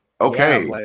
okay